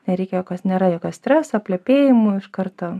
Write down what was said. nereikia nėra jokio streso plepėjimų iš karto